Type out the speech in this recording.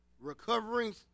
Recovering